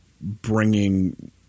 bringing